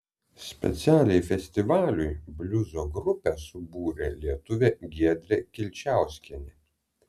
specialiai festivaliui bliuzo grupę subūrė lietuvė giedrė kilčiauskienė